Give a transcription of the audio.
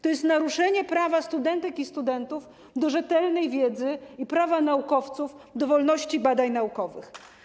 To jest naruszenie prawa studentek i studentów do rzetelnej wiedzy i prawa naukowców do wolności badań naukowych.